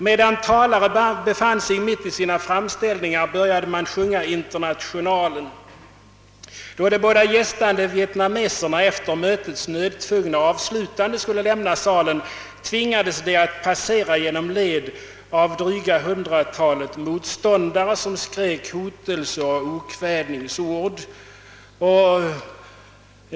Medan talare befann sig mitt i sina framställningar började man sjunga Internationalen. Då de båda gästande, som var vietnameser, efter mötets nödtvungna avslutande skulle lämna salen tvingades de att passera genom led av dryga hundratalet motståndare, som skrek hotelser och okvädinsord.